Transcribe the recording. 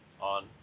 on